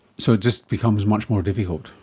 so it just becomes much more difficult.